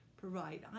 provide